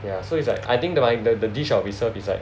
ya so it's like I think that the dish I'll be served is like